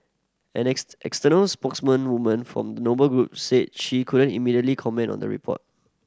an external spokesmen woman for Noble Group said she couldn't immediately comment on the report